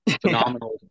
phenomenal